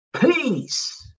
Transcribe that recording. Peace